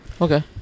Okay